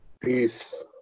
Peace